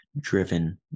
driven